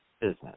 business